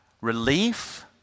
relief